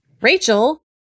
Rachel